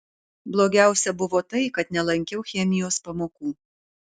blogiausia buvo tai kad nelankiau chemijos pamokų